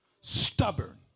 stubborn